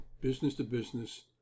business-to-business